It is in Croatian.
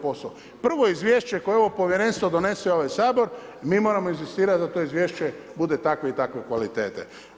Prvo izvješće koje ovo Povjerenstvo donese u ovaj Sabor, mi moramo inzistirati da to izvješće bude takve i takve kvalitete.